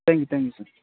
thank you thank you sir